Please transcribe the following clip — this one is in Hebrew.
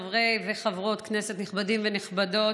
חברי וחברות כנסת נכבדים ונכבדות,